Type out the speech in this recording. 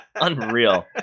unreal